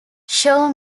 show